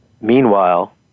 meanwhile